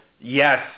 yes